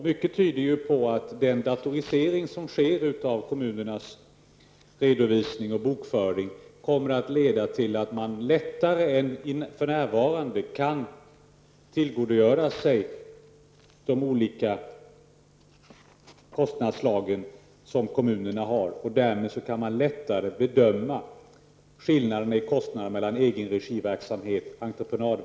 Mycket tyder på att den datorisering som sker av kommunernas redovisning och bokföring kommer att leda till att man lättare än för närvarande kan tillgodogöra sig information om de olika kostnadsslag som kommunerna har och därmed lättare bedöma skillnaden i kostnad för verksamhet i egen regi och verksamhet i entreprenad.